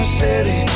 city